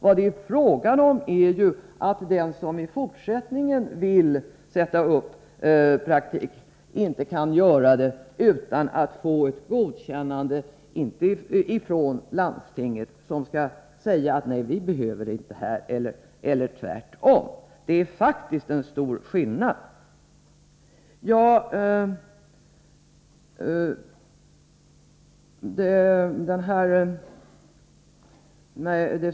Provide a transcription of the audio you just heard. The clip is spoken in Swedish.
Vad det är fråga om är att den som i fortsättningen vill sätta upp en praktik inte kan göra det utan att ha ett godkännande från landstinget, som skall säga att man inte behöver praktiken — eller tvärtom. Det är faktiskt stor skillnad här.